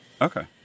okay